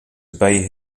obey